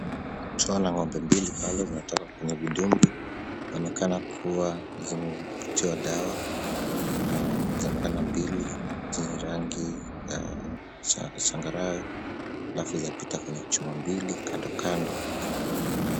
Tuo za ng'ombe mbili pale zinatoka kwenye vidumbwi. Inaonekana kuwa zimepatiwa dawa. Zinaonekana mbili zenye rangi ya changarawe, alafu zinapita kwenye chuma mbili kando kando.